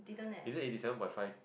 is it eighty seven point five